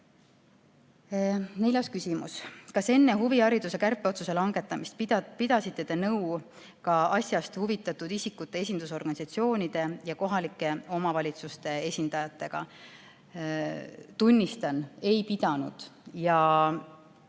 Neljas küsimus: "Kas enne huvihariduse kärpeotsuse langetamist pidasite Te nõu ka asjast huvitatud isikute esindusorganisatsioonide ja kohalike omavalitsuste esindajatega?" Tunnistan, ei pidanud.